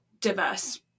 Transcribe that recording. diverse